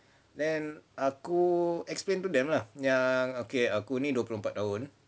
then aku explain to them lah yang okay aku ni dua puluh empat tahun